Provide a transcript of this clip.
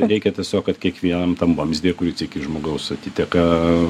reikia tiesiog kad kiekvienam tam vamzdyje kuris iki žmogaus atiteka